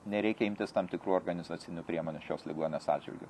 nereikia imtis tam tikrų organizacinių priemonių šios ligoninės atžvilgiu